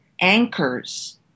anchors